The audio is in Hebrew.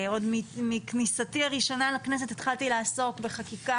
עוד מכניסתי הראשונה לכנסת התחלתי לעסוק בחקיקה